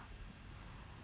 mm